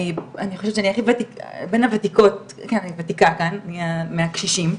אני חושבת שאני בין הוותיקות כאן, מהקשישים.